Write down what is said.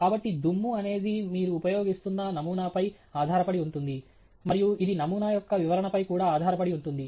కాబట్టి దుమ్ము అనేది మీరు ఉపయోగిస్తున్న నమూనాపై ఆధారపడి ఉంటుంది మరియు ఇది నమూనా యొక్క వివరణపై కూడా ఆధారపడి ఉంటుంది